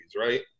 right